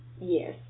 Yes